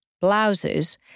blouses